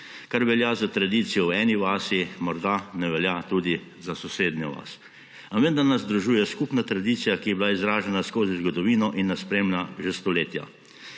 Kar velja za tradicijo v eni vasi, morda ne velja tudi za sosednjo vas. A vendar nas združuje skupna tradicija, ki je bila izražena skozi zgodovino in nas spremlja že stoletja.